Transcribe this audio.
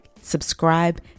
subscribe